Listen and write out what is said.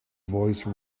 voice